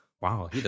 wow